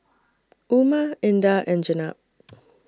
Umar Indah and Jenab